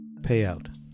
payout